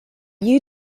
you